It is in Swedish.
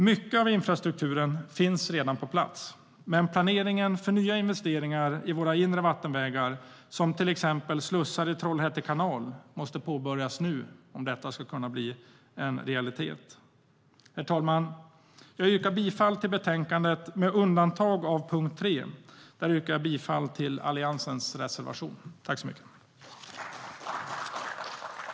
Mycket av infrastrukturen finns redan på plats, men planeringen för nya investeringar i våra inre vattenvägar, till exempel slussar i Trollhätte kanal, måste påbörjas nu om detta ska bli en realitet. Herr talman! Jag yrkar bifall till utskottets förslag i betänkandet med undantag av punkten 3 där jag yrkar bifall till Alliansens reservation nr 2.I detta anförande instämde Sten Bergheden och Jessica Rosencrantz samt Anders Åkesson och Robert Halef .